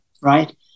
right